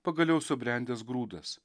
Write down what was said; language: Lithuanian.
pagaliau subrendęs grūdas